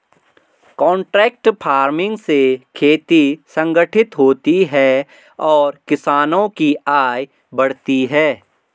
contract farming से खेती संगठित होती है और किसानों की आय बढ़ती है